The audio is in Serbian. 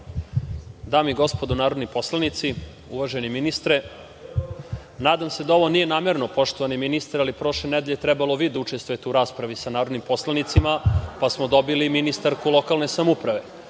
Dame i gospodo narodni poslanici, uvaženi ministre, nadam se da ovo nije namerno, poštovani ministre, ali prošle nedelje trebali ste vi da učestvujete u raspravi sa narodnim poslanicima, pa smo dobili ministarku lokalne samouprave.